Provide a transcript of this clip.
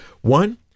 one